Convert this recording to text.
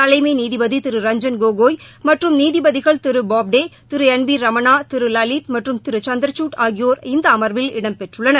தலைமை நீதிபதி திரு ரஞ்ஜன் கோகோய் மற்றும் நீதிபதிகள் திரு போப்டே திரு என் வி ரமணா திரு லலித் மற்றும் திரு சந்திரசூட் ஆகியோர் இந்த அமர்வில் இடம்பெற்றுள்ளனர்